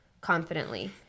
confidently